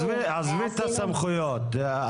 עזבי את הסמכויות,